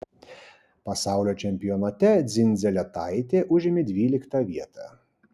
pasaulio čempionate dzindzaletaitė užėmė dvyliktą vietą